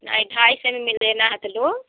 नहीं ढाई सौ में ही लेना है तो लो